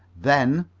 then,